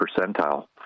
percentile